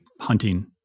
hunting